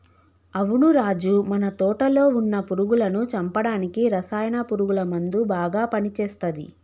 అవును రాజు మన తోటలో వున్న పురుగులను చంపడానికి రసాయన పురుగుల మందు బాగా పని చేస్తది